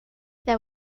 there